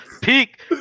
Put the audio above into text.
Peak